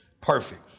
Perfect